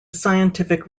scientific